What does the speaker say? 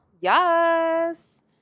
yes